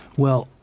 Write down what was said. well,